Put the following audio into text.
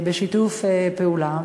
בשיתוף פעולה,